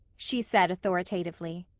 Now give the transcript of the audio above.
she said authoritatively.